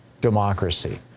democracy